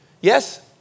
Yes